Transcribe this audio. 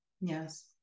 Yes